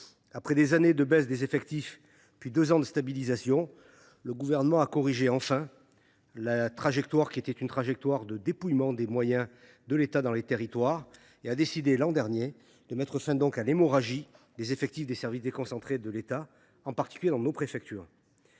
Après des années de baisse des effectifs, puis deux années de stabilisation, le Gouvernement a enfin corrigé la trajectoire de dépouillement des moyens de l’État dans les territoires : il a décidé l’an dernier de mettre fin à l’hémorragie des effectifs des services déconcentrés de l’État, et en particulier des préfectures.